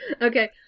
Okay